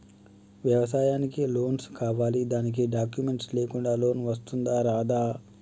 వ్యవసాయానికి లోన్స్ కావాలి దానికి డాక్యుమెంట్స్ లేకుండా లోన్ వస్తుందా రాదా?